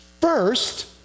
first